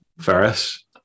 Ferris